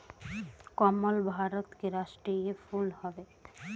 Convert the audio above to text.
कमल भारत के राष्ट्रीय फूल हवे